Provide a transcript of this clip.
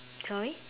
sorry